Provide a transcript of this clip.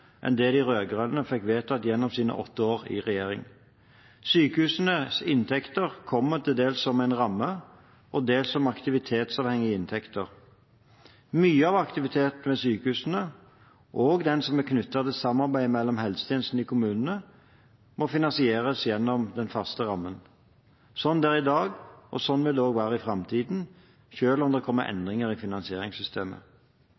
enn det de rød-grønne fikk vedtatt gjennom sine åtte år i regjering. Sykehusenes inntekter kommer til dels som en ramme og dels som aktivitetsavhengige inntekter. Mye av aktiviteten ved sykehusene, også den som er knyttet til samarbeid med helsetjenesten i kommunene, må finansieres gjennom den faste rammen. Sånn er det i dag, og sånn vil det også være i framtiden, selv om det kan komme endringer i finansieringssystemet.